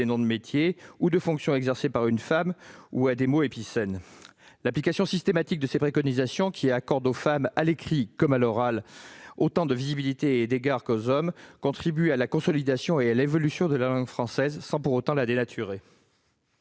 noms de métier ou de fonction exercés par une femme ou à des mots épicènes. L'application systématique de ces préconisations, qui accorde aux femmes, à l'écrit comme à l'oral, autant de visibilité et d'égards qu'aux hommes, contribue à la consolidation et à l'évolution de la langue française, sans pour autant la dénaturer.